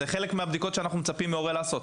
זה חלק מהבדיקות שאנחנו מצפים מהורה לעשות.